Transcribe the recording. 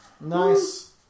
nice